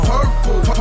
Purple